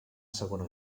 segona